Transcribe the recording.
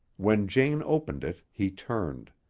when jane opened it, he turned.